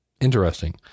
Interesting